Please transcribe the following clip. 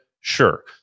Sure